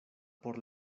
por